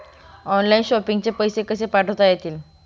Online shopping चे पैसे कसे पाठवता येतील?